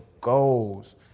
goals